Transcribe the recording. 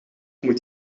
moet